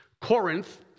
Corinth